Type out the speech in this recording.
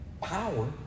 power